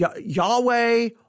Yahweh